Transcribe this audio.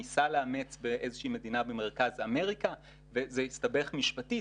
ניסה לאמץ באיזו שהיא מדינה במרכז אמריקה וזה הסתבך משפטית,